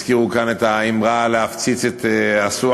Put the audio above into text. הזכירו כאן את האמירה "להפציץ את אסואן",